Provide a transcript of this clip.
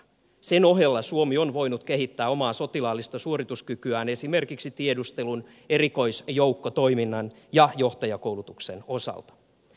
sen ohella suomi on voinut kehittää omaa sotilaallista suorituskykyään esimerkiksi tiedustelun erikoisjoukkotoiminnan ja johtajakoulutuksen osalta